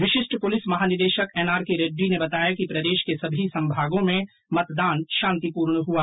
विशिष्ट पुलिस महानिदेशक एनआरके रेड्डी ने बताया कि प्रदेश के सभी संभागों में मतदान शांतिपूर्ण हुआ